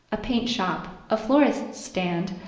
a paint shop, a florist's stand,